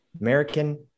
american